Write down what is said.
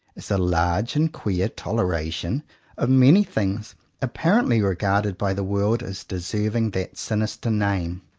is a large and queer toleration of many things apparently regarded by the world as deserving that sinister name.